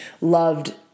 loved